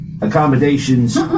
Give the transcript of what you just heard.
accommodations